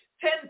Ten